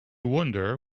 wonder